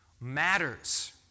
matters